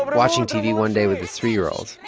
watching tv one day with his three year old,